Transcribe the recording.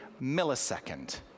millisecond